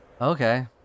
Okay